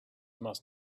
must